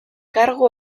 kargu